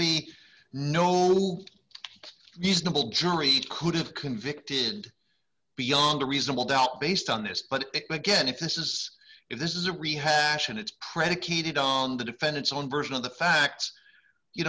normal reasonable jury could have convicted beyond a reasonable doubt based on this but again if this is if this is a rehash and it's predicated on the defendant's own version of the facts you